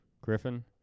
Griffin